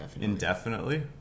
indefinitely